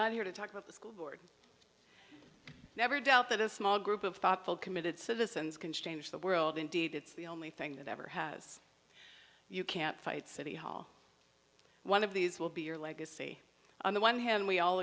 not here to talk about school board never doubt that a small group of thoughtful committed citizens can change the world indeed it's the only thing that ever has you can't fight city hall one of these will be your legacy on the one hand we all